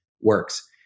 works